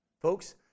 Folks